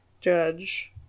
judge